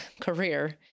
career